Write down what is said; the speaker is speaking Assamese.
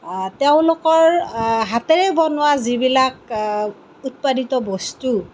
তেওঁলোকৰ হাতেৰে বনোৱা যিবিলাক উৎপাদিত বস্তু